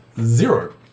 zero